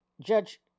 Judge